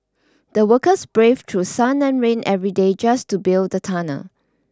the workers braved through sun and rain every day just to build the tunnel